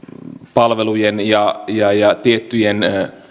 palvelujen ja ja tiettyjen